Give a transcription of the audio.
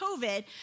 COVID